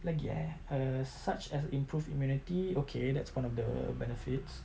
like ya uh such as improved immunity okay that's one of the benefits